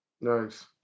Nice